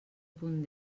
punt